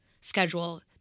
schedule